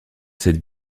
cette